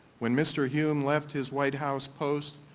when mr. hume left his white house post,